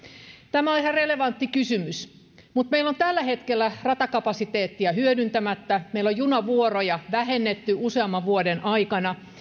tämä on ihan relevantti kysymys mutta meillä on tällä hetkellä ratakapasiteettia hyödyntämättä meillä on junavuoroja vähennetty useamman vuoden aikana